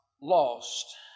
lost